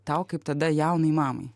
tau kaip tada jaunai mamai